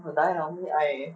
die lor me I